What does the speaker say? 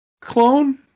clone